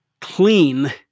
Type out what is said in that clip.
clean